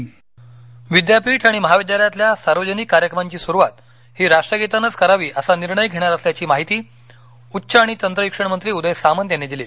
विद्यापीठ् विद्यापीठ आणि महाविद्यालयातील सार्वजनिक कार्यक्रमाची सुरुवात ही राष्ट्गीतानेच करावी असा निर्णय घेणार असल्याची माहिती उच्च आणि तंत्रशिक्षण मंत्री उदय सामंत यांनी दिली